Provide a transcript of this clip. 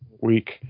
week